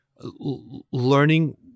learning